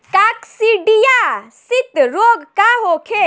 काकसिडियासित रोग का होखे?